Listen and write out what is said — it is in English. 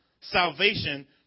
salvation